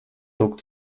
druck